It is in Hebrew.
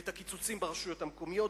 ואת הקיצוצים ברשויות המקומיות,